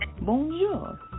Bonjour